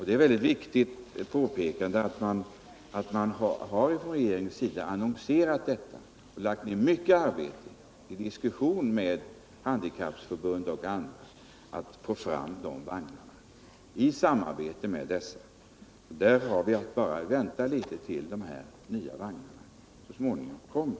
Det är viktigt att påpeka att man från regeringens sida har aviserat detta. Regeringen har efter diskussioner med handikappförbund och andra och i samarbete med dem lagt ner mycket arbete på att få fram dessa nya vagnar, och vi har alltså bara att vänta på att de så småningom kommer.